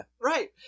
Right